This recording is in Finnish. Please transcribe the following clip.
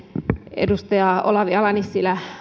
edustaja olavi ala nissilä